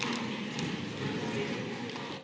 Hvala